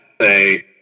Say